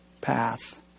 path